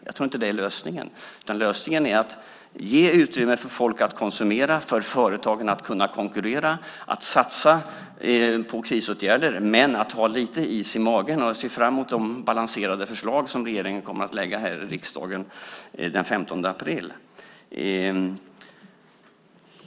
Jag tror inte att det är lösningen, utan lösningen är att ge utrymme för folk att konsumera, för företagen att kunna konkurrera, att satsa på krisåtgärder men att ha lite is i magen. Jag ser fram emot de balanserade förslag som regeringen kommer att lägga fram här i riksdagen den 15 april.